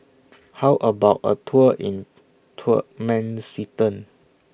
How about A Tour in Turkmenistan